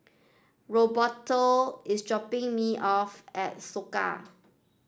Roberto is dropping me off at Soka